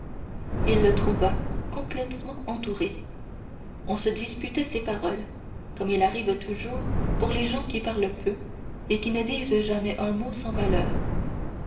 il le trouva complètement entouré on se disputait ses paroles comme il arrive toujours pour les gens qui parlent peu et qui ne disent jamais un mot sans valeur